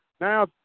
Now